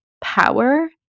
power